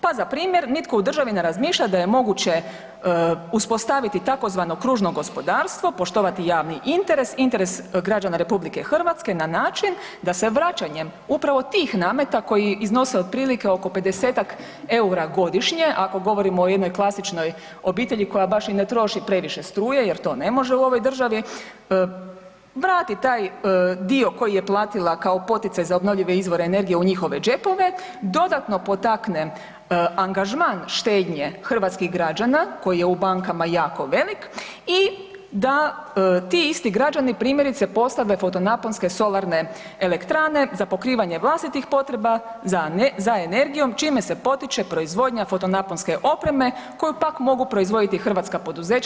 Pa za primjer, nitko u državi ne razmišlja da je moguće uspostaviti tzv. kružno gospodarstvo, poštovati javni interes, interes građana Republike Hrvatske na način da se vraćanjem upravo tih nemate koji iznose otprilike oko 50-tak eura godišnje ako govorimo o jednoj klasičnoj obitelji koja baš i ne troši previše struje jer to ne može u ovoj državi, vrati taj dio koji je platila kao poticaj za obnovljive izvore energije u njihove džepove, dodatno potakne angažman štednje hrvatskih građana koji je u bankama jako velik i da ti isti građani primjerice postave fotonaponske solarne elektrane za pokrivanje vlastitih potreba za energijom čime se potiče proizvodnja fotonaponske opreme koju pak mogu proizvoditi hrvatska poduzeća.